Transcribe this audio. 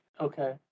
Okay